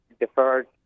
deferred